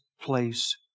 place